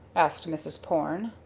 asked mrs. porne.